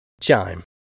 Chime